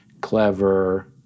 clever